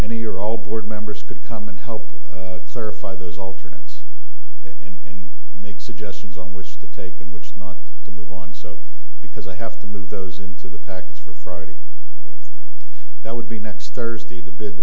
any or all board members could come and help clarify those alternates in make suggestions on which to take and which not to move on so because i have to move those into the packets for friday that would be next thursday the bi